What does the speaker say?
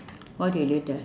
what you later